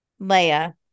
Leia